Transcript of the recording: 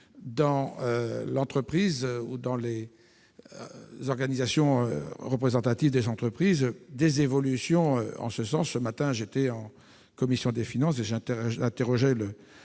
dans les entreprises ou les organisations représentatives des entreprises des évolutions en ce sens. Ce matin, la commission des finances interrogeait le